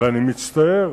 ואני מצטער